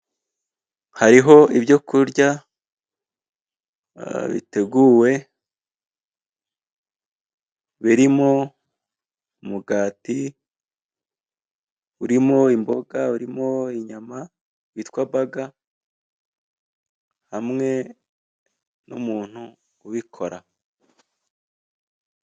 Hariho ibyo kurya biteguwe, birimo umugati urimo imboga, urimo inyama witwa bugger, hamwe n'umuntu ubikora.